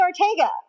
Ortega